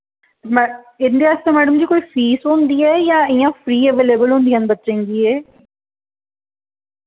में इन्दे आस्तै मैडम जी कोई फीस होंदी ऐ यां इ'यां फ्री अवेलेबल होंदियां न बच्चें गी एह्